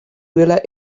duela